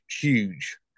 huge